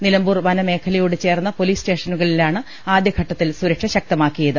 നിലമ്പൂർ വന മേഖലയോട് ചേർന്ന പൊലീസ് സ്റ്റേഷനുകളിലാണ് ആദ്യഘട്ടത്തിൽ സുരക്ഷ ശക്തമാക്കിയത്